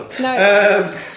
no